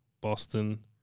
Boston